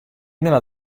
nella